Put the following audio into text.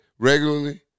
Regularly